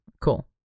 Cool